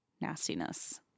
nastiness